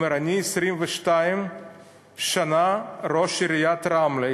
הוא אמר: אני 22 שנה ראש עיריית רמלה.